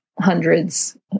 hundreds